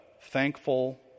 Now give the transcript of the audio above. thankful